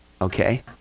Okay